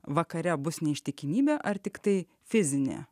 vakare bus neištikimybė ar tiktai fizinė